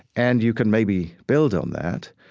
and you can maybe build on that.